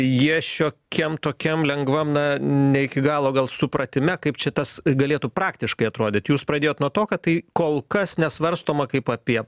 jie šiokiam tokiam lengvam na ne iki galo gal supratime kaip čia tas galėtų praktiškai atrodyt jūs pradėjot nuo to kad tai kol kas nesvarstoma kaip apie